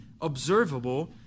observable